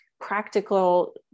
practical